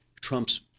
Trump's